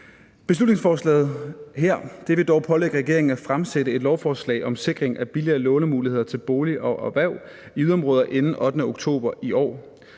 Beslutningsforslaget her vil dog pålægge regeringen at fremsætte et lovforslag om sikring af billigere lånemuligheder til bolig og erhverv i yderområder inden den 8. oktober i år.